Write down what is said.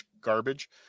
garbage